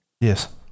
Yes